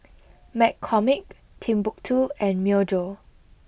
McCormick Timbuk two and Myojo